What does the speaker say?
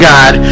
God